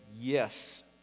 Yes